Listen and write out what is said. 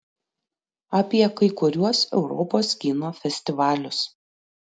apie kai kuriuos europos kino festivalius